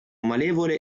malevole